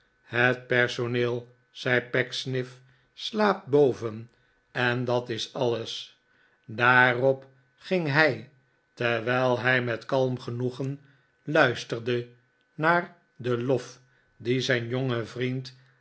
het personeel zei pecksniff slaapt boven en dat is alles daarop ging hij terwijl hij met kalm genoegen luisterde naar den lot dien zijn jonge vriend